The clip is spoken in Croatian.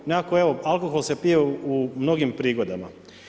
Nekako evo alkohol se pije u mnogim prigodama.